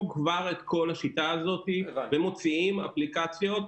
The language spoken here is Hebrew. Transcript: כבר את כל השיטה הזו ומוציאים אפליקציות.